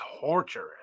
torturous